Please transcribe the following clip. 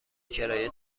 کرایه